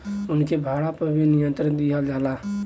उनके भाड़ा पर भी यंत्र दिहल जाला